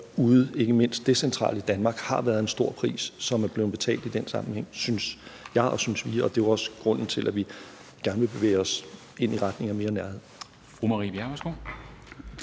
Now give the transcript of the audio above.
røget, ikke mindst decentralt i Danmark, er en høj pris, som er blevet betalt i den sammenhæng – det synes jeg og regeringen, og det er jo også grunden til, at vi gerne vil bevæge os i retning af mere nærhed.